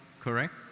correct